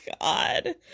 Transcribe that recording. god